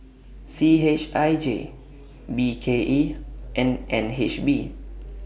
C H I J B K E and N H B